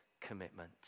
commitment